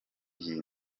iyi